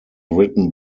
written